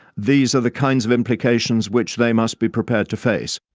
these are the kinds of implications which they must be prepared to face.